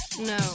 No